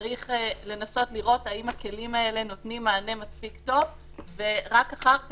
צריך לנסות לראות האם הכלים האלה נותנים מענה מספיק טוב ורק אחר כך,